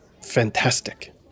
fantastic